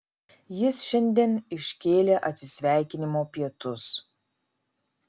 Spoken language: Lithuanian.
jis šiandien iškėlė atsisveikinimo pietus